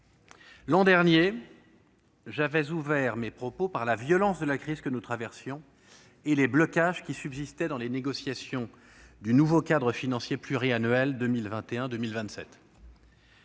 l'an dernier, j'avais ouvert mon propos en évoquant la violence de la crise que nous traversions et les blocages qui subsistaient dans les négociations du nouveau cadre financier pluriannuel 2021-2027.